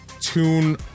tune